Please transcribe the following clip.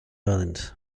island